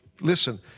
listen